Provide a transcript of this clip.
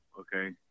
Okay